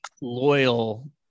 loyal